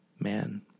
man